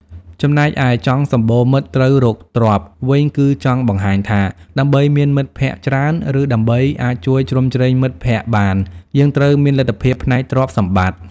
ចំណែកឯ ចង់សំបូរមិត្ត ត្រូវរកទ្រព្យ វិញ គឺចង់បង្ហាញថា ដើម្បីមានមិត្តភក្តិច្រើន ឬដើម្បីអាចជួយជ្រោមជ្រែងមិត្តភក្តិបាន យើងត្រូវមានលទ្ធភាពផ្នែកទ្រព្យសម្បត្តិ។